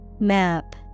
Map